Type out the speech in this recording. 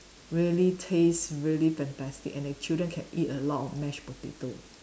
really taste really fantastic and the children can eat a lot of mashed potato